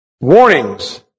Warnings